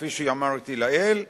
כפי שאמרתי לעיל,